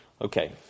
Okay